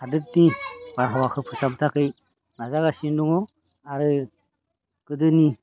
हादोरनि बारहावाखौ फोसाबनो थाखाय नाजागासिनो दङ आरो गोदोनि